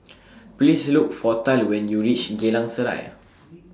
Please Look For Tal when YOU REACH Geylang Serai